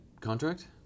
contract